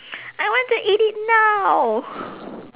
I want to eat it now